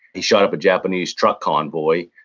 he shot up a japanese truck convoy.